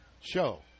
show